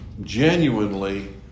genuinely